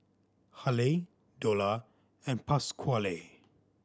Haley Dola and Pasquale